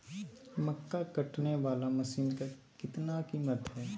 मक्का कटने बाला मसीन का कीमत कितना है?